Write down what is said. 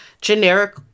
generic